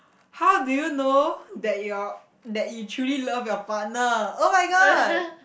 how do you know that your that you truly love your partner oh-my-god